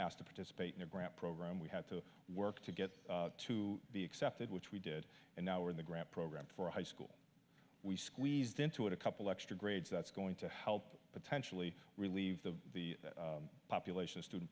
asked to participate in a grant program we had to work to get to be accepted which we did and now in the grant program for high school we squeezed into a couple extra grades that's going to help potentially relieve the the population student